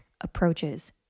approaches